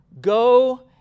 Go